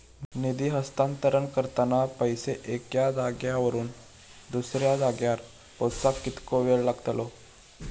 निधी हस्तांतरण करताना पैसे एक्या जाग्यावरून दुसऱ्या जाग्यार पोचाक कितको वेळ लागतलो?